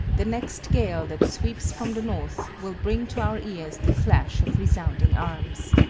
the next gale that sweeps from the north will bring to our ears the clash of resounding arms!